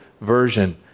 version